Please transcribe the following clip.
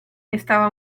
estaba